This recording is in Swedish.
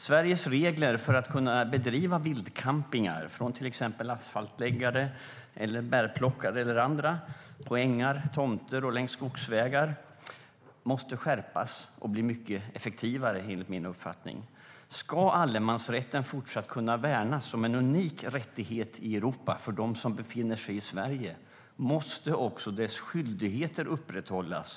Sveriges regler för att kunna fördriva vildcampingar av till exempel asfaltsläggare, bärplockare och andra från ängar, tomter och längs skogsvägar måste enligt min uppfattning skärpas och bli mycket effektivare. Ska allemansrätten fortsatt kunna värnas som en i Europa unik rättighet för dem som befinner sig i Sverige måste också dess skyldigheter upprätthållas.